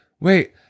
wait